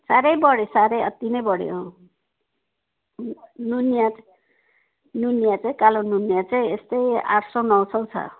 साह्रै बढ्यो साह्रै अति नै बढ्यो नु नुनिया नुनिया चाहिँ कालो नुनिया चाहिँ यस्तै आठ सय नौ सय छ